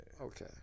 Okay